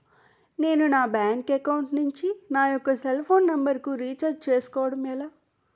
నేను నా bank account నుంచి నా యెక్క సెల్ ఫోన్ నంబర్ కు రీఛార్జ్ చేసుకోవడం ఎలా?